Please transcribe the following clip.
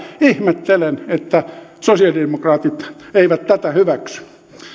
ihmettelen että sosialidemokraatit eivät tätä hyväksy